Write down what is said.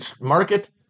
market